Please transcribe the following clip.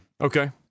okay